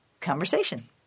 conversation